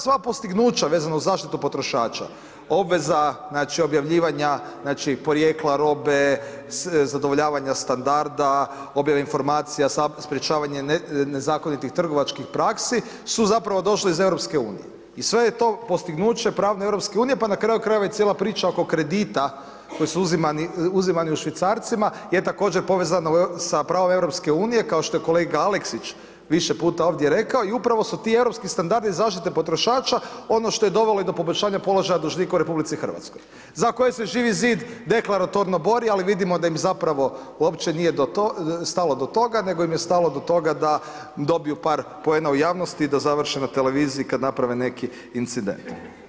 Sva postignuća vezana uz zaštitu potrošača, obveza znači objavljivanja znači porijekla robe, zadovoljavanja standarda, objave informacija, sprječavanje nezakonitih trgovačkih praksi su zapravo došle iz EU i sve je to postignuće pravne EU pa na kraju krajeva i cijela priča oko kredita koji su uzimani u švicarcima je također povezana sa pravom EU kao što je kolega Aleksić više puta ovdje rekao i upravo su ti europski standardi zaštite potrošača ono što je dovelo i do poboljšanja položaja dužnika u RH za koje se Živi zid deklaratorno bori ali vidimo da im zapravo uopće nije do toga, stalo do toga, nego im je stalo do toga da dobiju par poena u javnosti i da završe na televiziji kad naprave neki incident.